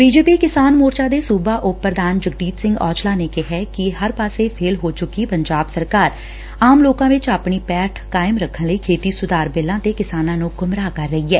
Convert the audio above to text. BJP ਕਿਸਾਨ ਮੋਰਚਾ ਦੇ ਸੁਬਾ ਉਪ ਪੁਧਾਨ ਜਗਦੀਪ ਸਿੰਘ ਔਜਲਾ ਨੇ ਕਿਹੈ ਕਿ ਹਰ ਪਾਸੇ ਫੇਲ ਹੋ ਚੁੱਕੀ ਪੰਜਾਬ ਸਰਕਾਰ ਆਮ ਲੋਕਾਂ ਚ ਆਪਣੀ ਪੈਠ ਕਾਇਮ ਰੱਖਣ ਲਈ ਖੇਤੀ ਸੁਧਾਰ ਬਿੱਲਾਂ ਤੇ ਕਿਸਾਨਾਂ ਨੂੰ ਗੁੰਮਰਾਹ ਕਰ ਰਹੀ ਏ